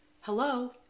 hello